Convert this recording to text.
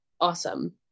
awesome